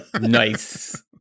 Nice